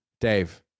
Dave